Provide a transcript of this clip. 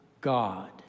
God